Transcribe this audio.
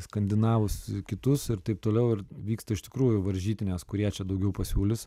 skandinavus kitus ir taip toliau ir vyksta iš tikrųjų varžytinės kurie čia daugiau pasiūlys